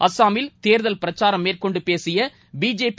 அஸ்ஸாமில் தேர்தல் பிரச்சாரம் மேற்கொண்டுபேசிய பிஜேபி